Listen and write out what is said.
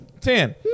Ten